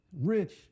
Rich